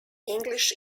english